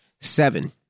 Seven